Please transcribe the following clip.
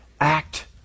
act